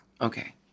Okay